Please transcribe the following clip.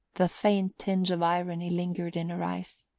the faint tinge of irony lingered in her eyes.